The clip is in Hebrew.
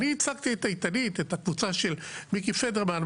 אני ייצגתי את 'איתנית', את הקבוצה של מיקי פדרמן.